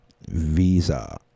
Visa